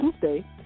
Tuesday